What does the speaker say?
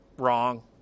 Wrong